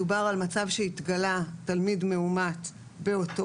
מדובר על מצב שבו התגלה תלמיד מאומת לקורונה באותו